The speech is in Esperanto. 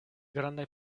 grandaj